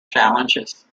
challenges